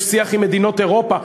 יש שיח עם מדינות אירופה.